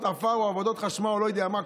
עפר או עבודות חשמל או לא יודע מה,